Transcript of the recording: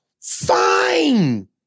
Fine